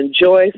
enjoy